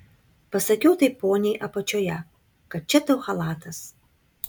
pasakiau tai poniai apačioje kad čia tau chalatas